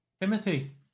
Timothy